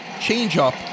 change-up